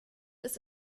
ist